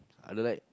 I don't like